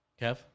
Kev